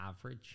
average